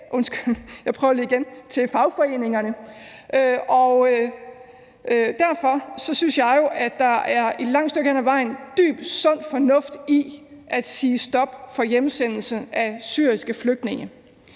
lokale jobcenter eller til fagforeningerne. Derfor synes jeg jo, at der et langt stykke hen ad vejen er dyb sund fornuft i at sige stop for hjemsendelsen af syriske flygtninge.